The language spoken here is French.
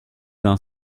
d’un